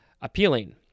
appealing